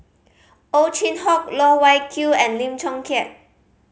Ow Chin Hock Loh Wai Kiew and Lim Chong Keat